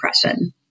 depression